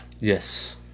Yes